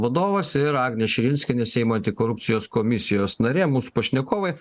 vadovas ir agnė širinskienė seimo antikorupcijos komisijos narė mūsų pašnekovai